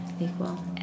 equal